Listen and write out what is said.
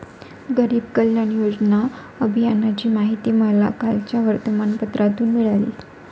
गरीब कल्याण योजना अभियानाची माहिती मला कालच्या वर्तमानपत्रातून मिळाली